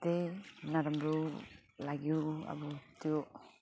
त्यही नराम्रो लाग्यो अब त्यो